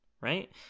right